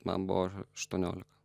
man buvo aštuoniolika